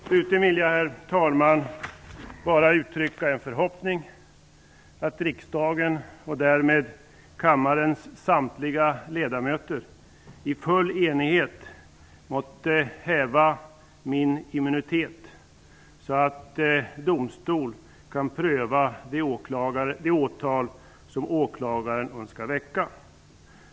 Slutligen vill jag bara, herr talman, uttrycka en förhoppning att riksdagen och därmed kammarens samtliga ledamöter i full enighet måtte häva min immunitet, så att domstol kan pröva det åtal som åklagaren önskar väcka.